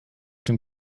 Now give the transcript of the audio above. dem